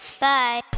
Bye